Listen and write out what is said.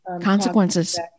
consequences